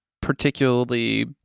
particularly